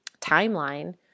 timeline